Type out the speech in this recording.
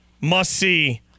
must-see